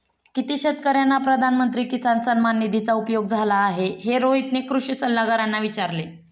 किती शेतकर्यांना प्रधानमंत्री किसान सन्मान निधीचा उपयोग झाला आहे, हे रोहितने कृषी सल्लागारांना विचारले